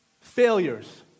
Failures